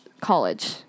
college